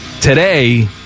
Today